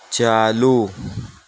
چالو